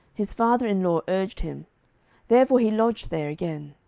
his father in law urged him therefore he lodged there again.